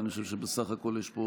אני חושב שבסך הכול יש פה